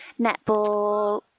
netball